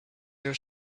your